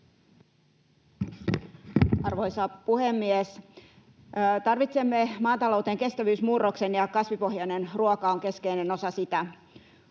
Arvoisa puhemies! Tarvitsemme maatalouteen kestävyysmurroksen, ja kasvipohjainen ruoka on keskeinen osa sitä.